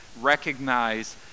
recognize